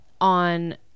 on